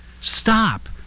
Stop